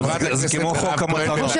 חברת הכנסת מירב כהן, בבקשה.